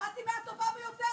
למדתי מהטובה ביותר,